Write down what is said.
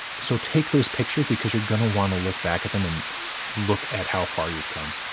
so take those pictures, because you're gonna want to look back at them and look at how far you've come,